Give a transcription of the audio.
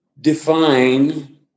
define